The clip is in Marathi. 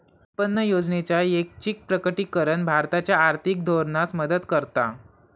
उत्पन्न योजनेचा ऐच्छिक प्रकटीकरण भारताच्या आर्थिक धोरणास मदत करता